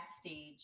stage